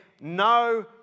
no